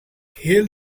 hail